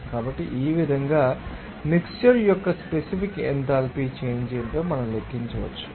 కాబట్టి ఈ విధంగా మిక్శ్చర్ యొక్క స్పెసిఫిక్ ఎంథాల్పీ చేంజ్ ఏమిటో మనం లెక్కించవచ్చు